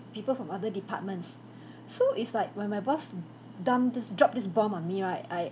people from other departments so it's like when my boss dumped this drop this bomb on me right I